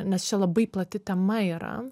nes čia labai plati tema yra